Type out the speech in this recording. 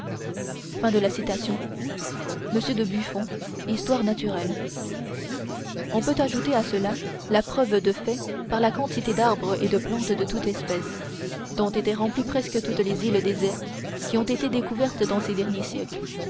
m de buffon hist nat on peut ajouter à cela la preuve de fait par la quantité d'arbres et de plantes de toute espèce dont étaient remplies presque toutes les îles désertes qui ont été découvertes dans ces derniers siècles